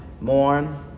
mourn